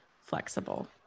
flexible